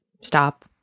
stop